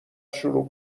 شروع